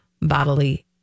bodily